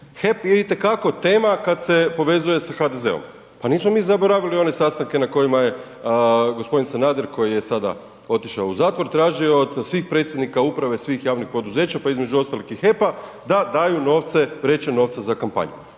HEP je itekako tema kad se povezuje sa HDZ-om, pa nismo mi zaboravili one sastanke na kojima je g. Sanader koji je sada otišao u zatvor, tražio od svih predsjednika uprave, svih javnih poduzeća, pa između ostaloga i HEP-a da daju novce, vreće novca za kampanju.